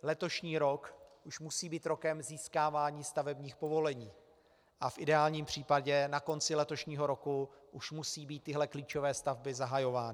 Letošní rok už musí být rokem získávání stavebních povolení a v ideálním případě na konci letošního roku už musí být tyhle klíčové stavby zahajovány.